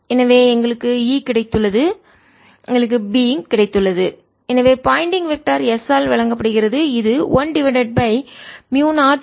எனவே எங்களுக்கு E கிடைத்துள்ளது எங்களுக்கு B கிடைத்துள்ளது எனவே பாயிண்டிங் வெக்டர் திசையன் S ஆல் வழங்கப்படுகிறது இது 1 டிவைடட் பை மியூ0 E கிராஸ் B